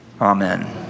Amen